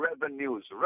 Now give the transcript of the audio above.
revenues